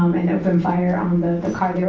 um and opened fire on the car.